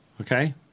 Okay